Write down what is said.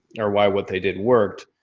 or why what they did worked.